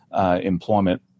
employment